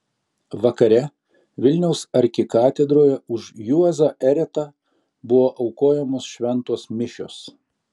vakare vilniaus arkikatedroje už juozą eretą buvo aukojamos šventos mišios